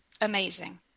amazing